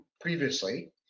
previously